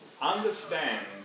understand